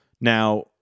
Now